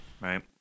right